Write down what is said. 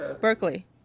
berkeley